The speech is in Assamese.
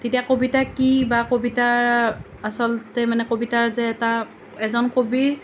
তেতিয়া কবিতা কি বা কবিতা আচলতে মানে কবিতাৰ যে এটা এজন কবিৰ